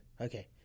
Okay